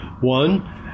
One